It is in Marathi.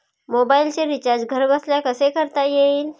मोबाइलचे रिचार्ज घरबसल्या कसे करता येईल?